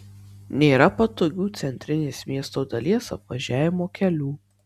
nėra patogių centrinės miesto dalies apvažiavimo kelių